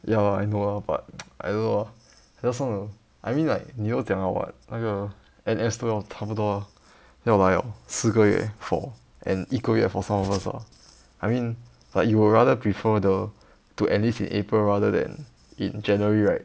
ya I know ah but I don't know ah I just wanna I mean like 你都讲了 [what] 那个 N_S 都要差不多要来了四个月 for and 一个月 for some of us ah I mean like you would rather prefer the to enlist in april rather than in january right